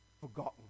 forgotten